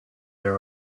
their